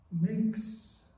makes